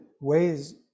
ways